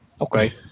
Okay